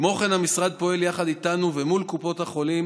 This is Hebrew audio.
כמו כן, המשרד פועל יחד איתנו ומול קופות החולים